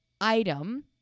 item